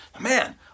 man